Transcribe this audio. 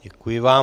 Děkuji vám.